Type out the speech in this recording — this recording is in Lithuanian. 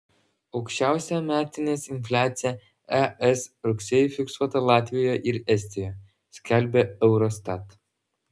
aukščiausia metinės infliacija es rugsėjį fiksuota latvijoje ir estijoje skelbia eurostat